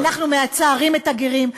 אנחנו מצערים את הגרים,